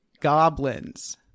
goblins